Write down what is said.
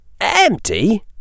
Empty